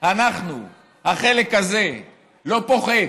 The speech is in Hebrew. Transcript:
החלק הזה, לא פוחד: